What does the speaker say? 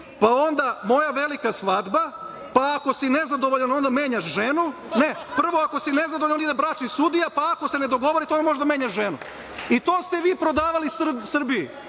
pa onda „Moja velika svadba“, pa ako si nezadovoljan onda menjaš ženu, ne, prvo ako si nezadovoljan ide „Bračni sudija“, pa ako se ne dogovorite onda možeš da menjaš ženu. I to ste vi prodavali Srbiji.